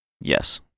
Yes